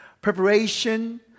Preparation